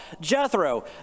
Jethro